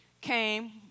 came